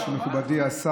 אתה גם פה וגם שם.